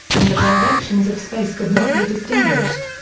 and the directions of space could not be distinguished.